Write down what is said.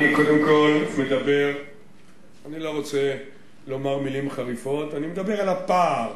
אני לא רוצה לומר מלים חריפות, אני מדבר על הפער